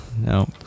No